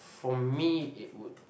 for me it would